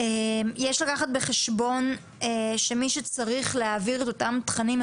יש לקחת בחשבון שמי צריך להעביר את אותם תכנים,